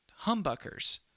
humbuckers